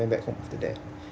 went back home after that